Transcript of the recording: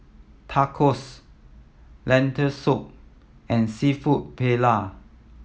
Tacos Lentil Soup and Seafood Paella